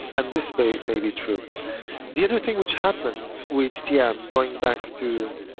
and this may may be true the other thing which happened with tm going back to